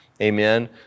Amen